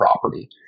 property